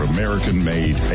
American-made